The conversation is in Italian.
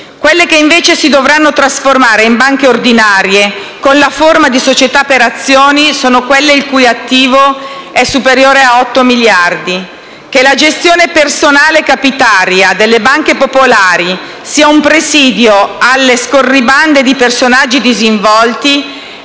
Quelle che invece si dovranno trasformare in banche ordinarie, con la forma di società per azioni, hanno un attivo superiore agli otto miliardi. Che la gestione personale capitaria delle banche popolari sia un presidio alle scorribande di personaggi disinvolti